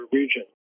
region